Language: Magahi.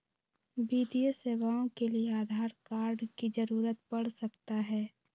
वित्तीय सेवाओं के लिए आधार कार्ड की जरूरत पड़ सकता है?